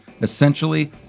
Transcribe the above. Essentially